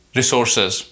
resources